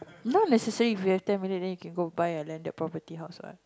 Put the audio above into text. not necessary if we have ten million then you can buy a landed property house what